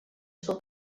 suo